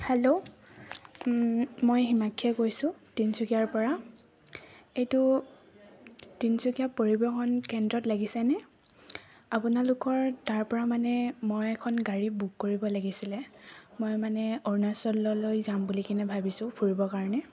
hello মই হিমাক্ষীয়ে কৈছোঁ তিনিচুকীয়াৰ পৰা এইটো তিনিচুকীয়া পৰিবহণ কেন্দ্ৰত লাগিছেনে আপোনালোকৰ তাৰ পৰা মানে মই এখন গাড়ী বুক কৰিব লাগিছিলে মই মানে অৰুণাচললৈ যাম বুলি কেনে ভাবিছোঁ ফুৰিব কাৰণে